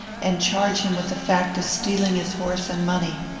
and charge him with the fact of stealing his horse and money.